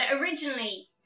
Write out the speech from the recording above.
originally